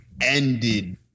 ended